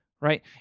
Right